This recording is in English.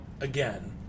again